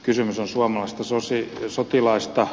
kysymys on suomalaisista sotilaista